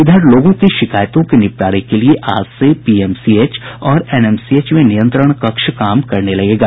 इधर लोगों की शिकायतों के निपटारे के लिए आज से पीएमसीएच और एनएमसीएच में नियंत्रण कक्ष काम करने लगेगा